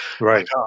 Right